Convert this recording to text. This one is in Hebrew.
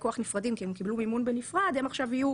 כוח נפרדים כי הם קיבלו מימון בנפרד הם עכשיו יהיו